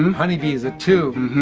um honey bee is a two.